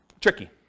tricky